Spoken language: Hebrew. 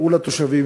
קראו לתושבים,